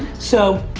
so,